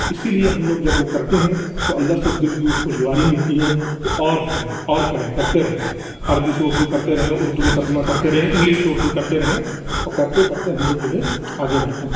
اِسی لیے ہم لوگ جب وہ کرتے ہیں تو اندر سے دِل کو خوشگواری ملتی ہے کہ اور کریں اور کریں کرتے رہیں عربی سے اُردو کرتے رہیں اُردو میں ترجمہ کرتے رہیں انگلش سے اُردو کرتے رہیں اور کرتے کرتے ہم لوگ جو ہے آگے بڑھتے ہیں